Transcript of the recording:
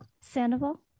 Sandoval